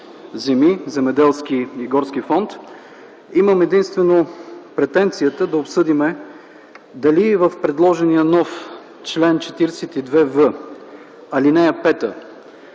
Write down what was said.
земи – земеделски и горски фонд. Имам единствено претенцията да обсъдим дали в предложения нов чл. 42в, ал. 5,